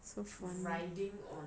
so funny one